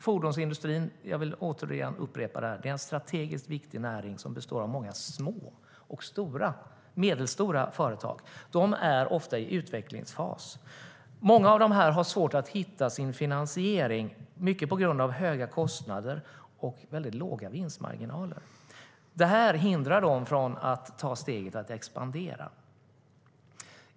Fordonsindustrin - jag vill upprepa det - är en strategiskt viktig näring som består av många små och medelstora företag. De är ofta i en utvecklingsfas. Många av dem har svårt att hitta sin finansiering, mycket på grund av höga kostnader och väldigt låga vinstmarginaler. Det här hindrar dem från att ta steget att expandera.